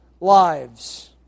lives